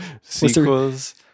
sequels